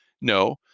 No